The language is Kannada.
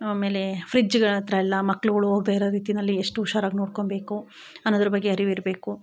ಆಮೇಲೆ ಫ್ರಿಜ್ಗಳತ್ರ ಎಲ್ಲ ಮಕ್ಳುಗಳು ಹೋಗದೇ ಇರೋ ರೀತಿಯಲ್ಲಿ ಎಷ್ಟು ಹುಷಾರಾಗಿ ನೋಡ್ಕೊಳ್ಬೇಕು ಅನ್ನೋದ್ರ ಬಗ್ಗೆ ಅರಿವಿರಬೇಕು